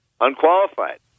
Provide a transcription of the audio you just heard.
unqualified